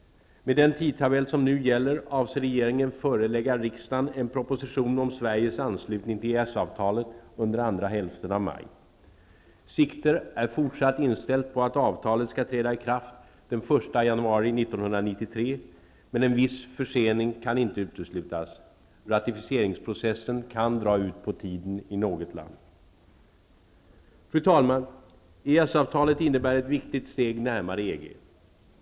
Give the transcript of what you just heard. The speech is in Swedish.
Med den tidtabell som nu gäller avser regeringen att förelägga riksdagen en proposition om Sveriges anslutning till EES-avtalet under andra hälften av maj. Siktet är fortsatt inställt på att avtalet skall träda i kraft den 1 januari 1993, men en viss försening kan inte uteslutas. Ratificeringsproceduren kan dra ut på tiden i något annat medlemsland. Fru talman! EES-avtalet innebär ett viktigt steg närmare EG.